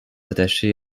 attachés